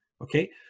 okay